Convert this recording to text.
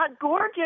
gorgeous